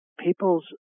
People's